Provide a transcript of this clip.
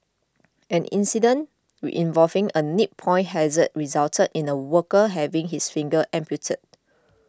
an incident we involving a nip point hazard resulted in a worker having his fingers amputated